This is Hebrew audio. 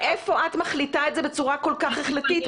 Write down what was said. מאיפה את מחליטה את זה בצורה כל כך החלטית?